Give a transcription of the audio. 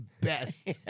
best